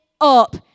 up